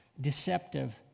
deceptive